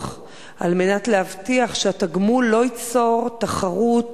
על מנת להבטיח שהתגמול לא ייצור תחרות,